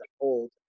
old